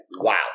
wow